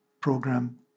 program